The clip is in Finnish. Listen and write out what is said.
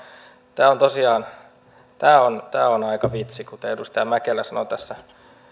tämä on tosiaan aika vitsi kuten edustaja mäkelä sanoi tässä